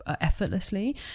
effortlessly